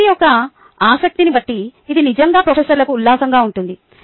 వ్యక్తి యొక్క ఆసక్తిని బట్టి ఇది నిజంగా ప్రొఫెసర్కు ఉల్లాసంగా ఉంటుంది